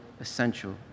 essential